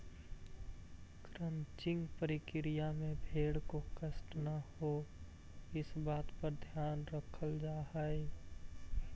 crutching प्रक्रिया में भेंड़ को कष्ट न हो, इस बात का ध्यान रखल जा हई